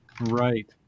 Right